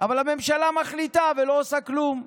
אבל הממשלה מחליטה ולא עושה כלום,